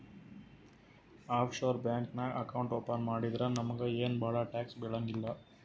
of sure bank ನಾಗ್ account open ಮಾಡಿದ್ರ ನಮುಗ ಏನ್ ಭಾಳ ಟ್ಯಾಕ್ಸ್ ಬೀಳಂಗಿಲ್ಲ